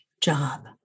job